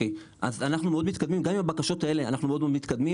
אנחנו מאוד מתקדמים